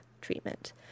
treatment